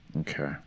Okay